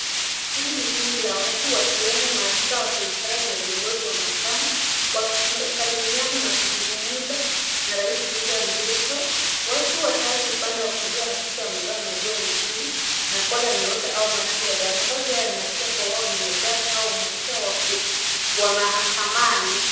Hili ni kundi la watu wakiwemo maafisa wa serikali na viongozi wa mahakamu wakisalimiana na kuzungumza na rais William Ruto. Watu watatu upande wa kulia wa picha wamevaa majoho mekundu na kola nyeupe au marangi ya dhahabu. Mavazi haya yanaashiria kuwa wao ni majaji au maafisa wakuu wa mahakamani.